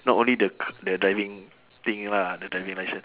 not only the c~ the driving thing lah the driving licence